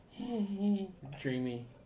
dreamy